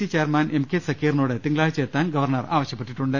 C chairman M K സക്കീറിനോട് തിങ്കളാഴ്ച എത്താൻ ഗവർണർ ആവശ്യപ്പെട്ടിട്ടുണ്ട്